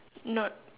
not